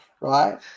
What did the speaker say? right